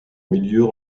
milieux